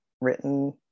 written